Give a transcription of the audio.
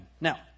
Now